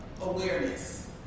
awareness